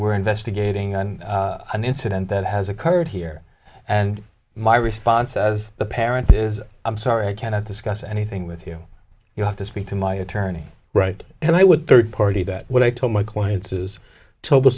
we're investigating on an incident that has occurred here and my response as the parent is i'm sorry i cannot discuss anything with you you have to speak to my attorney right and i would third party that what i told my client has to